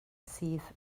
sydd